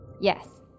Yes